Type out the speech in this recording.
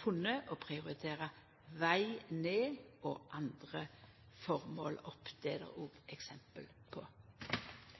funne å prioritera veg ned og andre føremål opp. Det er det òg eksempel på.